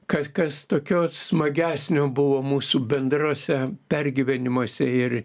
ką kas tokio smagesnio buvo mūsų bendruose pergyvenimuose ir